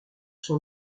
son